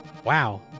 wow